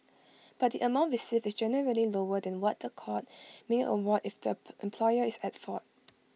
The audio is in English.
but the amount received is generally lower than what A court may award if the employer is at fault